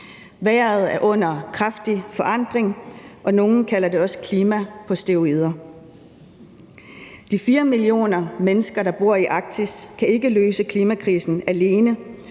Vejret er under kraftig forandring, og nogle kalder det også klima på steroider. De 4 millioner mennesker, der bor i Arktis, kan ikke løse klimakrisen alene,